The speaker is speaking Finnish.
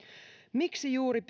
miksi juuri